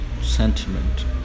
sentiment